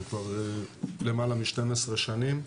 למעלה מ-12 שנים.